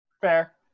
Fair